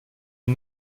est